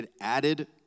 added